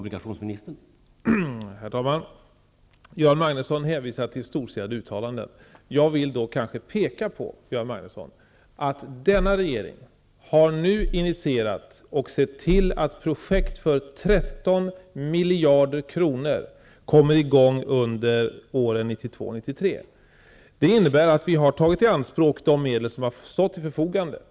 Herr talman! Göran Magnusson hänvisar till storstilade uttalanden. Jag vill då peka på att denna regering har initierat och sett till att projekt för 13 miljarder kronor kommer i gång under åren 1992-- Det innebär att vi har tagit i anspråk de medel som har stått till förfogande.